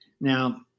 Now